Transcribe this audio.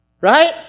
right